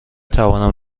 توانم